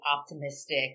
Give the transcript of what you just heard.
optimistic